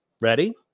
ready